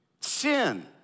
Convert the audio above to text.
Sin